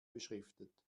beschriftet